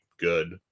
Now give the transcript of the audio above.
Good